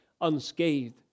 unscathed